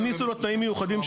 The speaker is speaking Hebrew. הכניסו לו תנאים מיוחדים,